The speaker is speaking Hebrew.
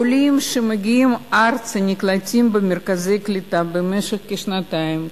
עולים שמגיעים ארצה נקלטים במרכזי קליטה במשך כשנתיים.